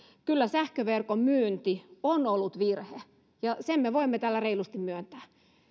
kyllä sähköverkon myynti on ollut virhe ja sen me voimme täällä reilusti myöntää